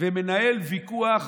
ומנהל ויכוח